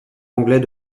anglais